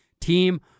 team